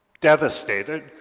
devastated